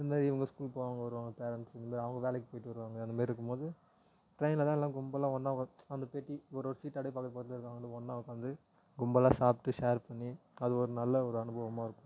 இந்த மாதிரி இவங்க ஸ்கூலுக்கு போவாங்க வருவாங்க பேரெண்ஸ்ஸு இல்லை அவங்க வேலைக்கு போய்விட்டு வருவாங்க அந்தமாதிரி இருக்கும் போது ட்ரைனில் தான் எல்லாம் கும்பலாக ஒன்றா உட்காந்து அந்த பெட்டி ஒரு ஒரு சீட்டு அப்படியே பக்கத்து பக்கத்தில் இருக்கிறவங்களும் ஒன்றா உட்காந்து கும்பலாக சாப்பிட்டு ஷேர் பண்ணி அது ஒரு நல்ல ஒரு அனுபவமாக இருக்கும்